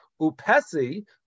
Upesi